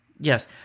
Yes